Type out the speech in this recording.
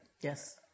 Yes